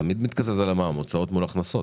תמיד מתקזז על המע"מ הוצאות מול הכנסות.